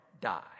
die